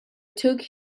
took